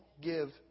give